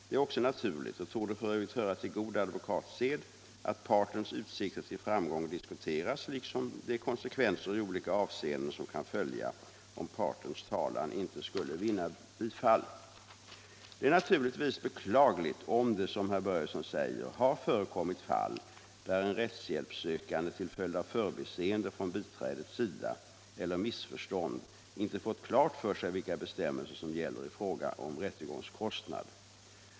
Det är också naturligt och torde f. ö. höra till god advokatsed att partens utsikter till framgång diskuteras, liksom de konsekvenser i olika avseenden som kan följa om partens talan inte skulle vinna bifall. Det är naturligtvis beklagligt om det, som herr Börjesson säger, har förekommit fall där en rättshjälpssökande till följd av förbiseende från biträdets sida eller missförstånd inte fått klart för sig vilka bestämmelser som gäller i fråga om rättegångskostnad.